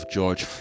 George